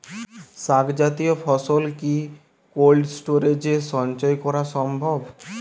শাক জাতীয় ফসল কি কোল্ড স্টোরেজে সঞ্চয় করা সম্ভব?